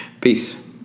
Peace